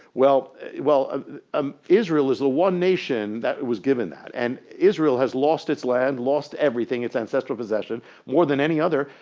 well well ah um israel is the one nation that was given that. and israel has lost its land, lost everything, its ancestral possession more than any other.